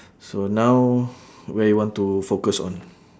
so now where you want to focus on